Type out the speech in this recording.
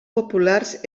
populars